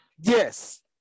Yes